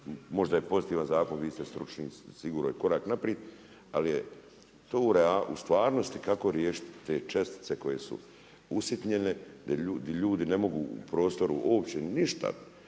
možda je pozitivan zakon, vi ste stručni, sigurno je korak naprijed, ali je to u stvarnosti kako riješiti te čestice koje su usitnjene, di ljudi ne mogu u prostoru uopće ništa,